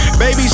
Baby